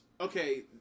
Okay